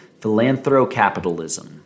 Philanthrocapitalism